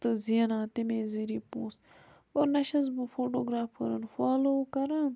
تہٕ زینان تَمے ذٔریعہٕ پونٛسہٕ گوٚو نَہ چھیٚس بہٕ فوٹوگرٛافرَن فالو کَران